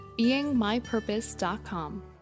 beingmypurpose.com